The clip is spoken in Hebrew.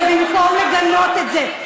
ובמקום לגנות את זה,